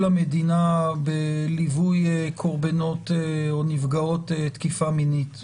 המדינה בליווי קורבנות או נפגעות תקיפה מינית.